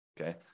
Okay